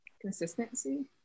consistency